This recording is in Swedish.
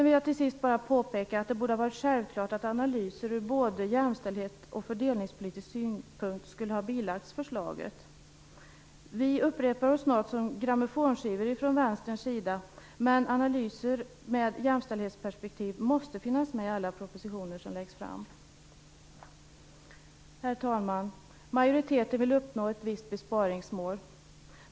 Till sist vill jag bara påpeka att det borde ha varit självklart att analyser ur både jämställdhets och fördelningspolitisk synpunkt skulle ha bilagts förslaget. Vi upprepar oss snart som grammofonskivor från Vänsterns sida, men analyser med jämställdhetsperspektiv måste finnas med i alla propositioner som läggs fram. Herr talman! Majoriteten vill uppnå ett visst besparingsmål.